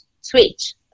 switch